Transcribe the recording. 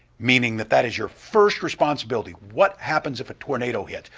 meaning that that is your first responsibility. what happens if a tornado hits.